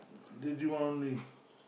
lady one only